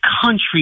country